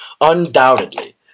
Undoubtedly